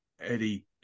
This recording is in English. Eddie